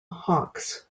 hawkes